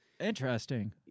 Interesting